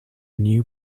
new